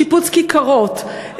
שיפוץ כיכרות,